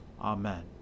Amen